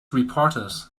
reporters